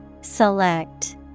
Select